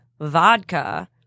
vodka